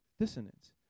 dissonance